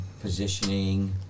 positioning